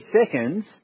seconds